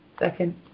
Second